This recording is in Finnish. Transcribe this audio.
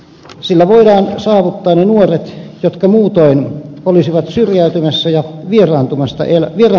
sillä voidaan saavuttaa ne nuoret jotka muutoin olisivat syrjäytymässä ja vieraantumassa elämästä